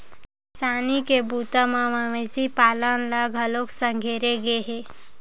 किसानी के बूता म मवेशी पालन ल घलोक संघेरे गे हे